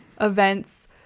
events